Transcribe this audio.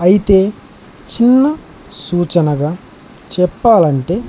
అయితే చిన్న సూచనగా చెప్పాలంటే